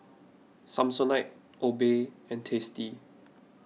Samsonite Obey and Tasty